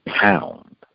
pound